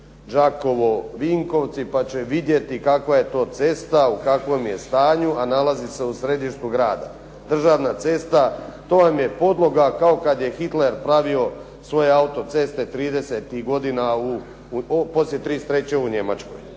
Đakovo-Vinkovci, pa će vidjeti kakva je to cesta, u kakvom je stanju, a nalazi se u središtu grada. Državna cesta, to vam je podloga kao kada je Hitler pravio svoje autoceste 30-tih godina, poslije '33. u Njemačkoj.